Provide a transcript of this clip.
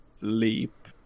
Leap